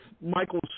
Michael